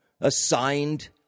assigned